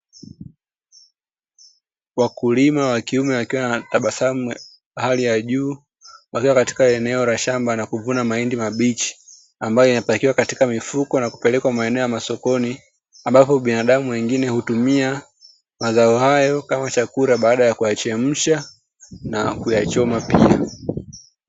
Wakulima wa kiume wakiwa wanatabasamu hali ya juu, wakiwa katika eneo la shamba na kuvuna mahindi mabichi, ambayo yanapakiwa katika mifuko na kupelekwa maeneo ya masokoni, ambapo binadamu wengine hutumia mazao hayo kama chakula, baada ya kuyachemsha na kuyachoma pia.